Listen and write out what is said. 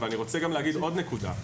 אני רוצה להעלות עוד נקודה.